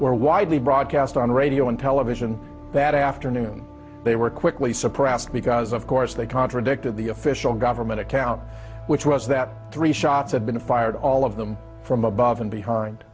were widely broadcast on radio and television that afternoon they were quickly suppressed because of course they contradicted the official government account which was that three shots had been fired all of them from above and behind